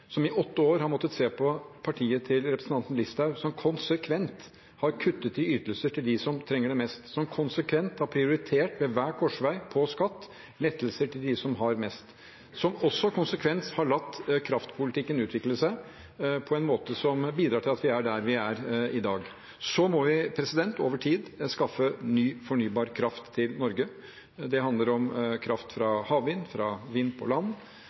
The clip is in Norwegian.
som i åtte år har måttet se på at partiet til representanten Listhaug konsekvent har kuttet i ytelser til dem som trenger det mest, som konsekvent ved hver korsvei har prioritert skattelettelser til dem som har mest, og som konsekvent har latt kraftpolitikken utvikle seg på en måte som bidrar til at vi er der vi er i dag. Vi må over tid skaffe ny fornybar kraft til Norge. Det handler om kraft fra havvind, fra vind på land